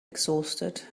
exhausted